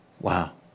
Wow